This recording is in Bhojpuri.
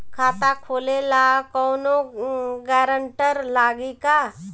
खाता खोले ला कौनो ग्रांटर लागी का?